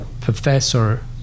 professor